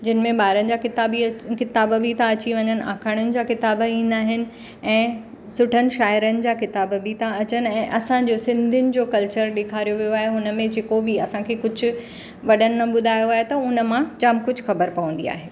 जिनि में ॿारनि जा किताब बि किताबु बि था अची वञनि आखाणियुनि जा किताबु ईंदा आहिनि ऐं सुठनि शाइरनि जा किताब बि था अचनि ऐं असांजो सिंधियुनि जो कल्चर ॾेखारियो वियो आहे हुन में जेको बि असांखे कुझु वॾनि न ॿुधायो आहे त हुन मां जाम कुझु ख़बर पवंदी आहे